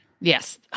Yes